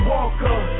Walker